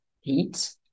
heat